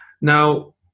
now